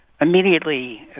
immediately